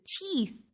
teeth